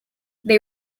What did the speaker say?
they